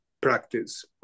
practice